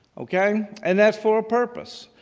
okay? and that's for a purpose.